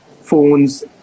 phones